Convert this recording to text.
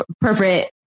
perfect